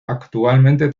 actualmente